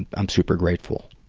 i'm super grateful.